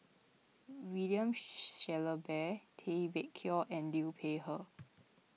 William Shellabear Tay Bak Koi and Liu Peihe